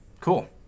cool